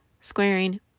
squaring